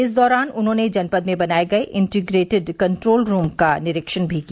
इस दौरान उन्होंने जनपद में बनाए गए इंटीग्रेटेड कंट्रोल रूम का निरीक्षण भी किया